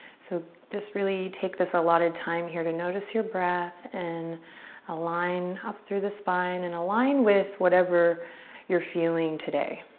so just really take this allotted time here to notice your breath and align up through the spine and align with whatever you're feeling today.